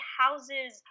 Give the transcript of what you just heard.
houses